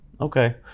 Okay